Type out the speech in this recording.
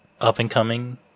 up-and-coming